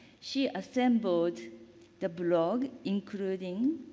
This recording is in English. she assembled the blog, including